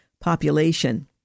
population